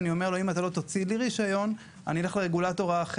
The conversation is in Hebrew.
אני אומר לו: אם אתה לא תוציא לי רישיון אני אלך לרגולטור האחר.